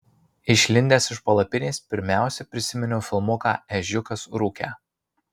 išlindęs iš palapinės pirmiausia prisiminiau filmuką ežiukas rūke